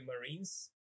Marines